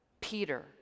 Peter